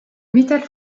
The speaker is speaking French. métal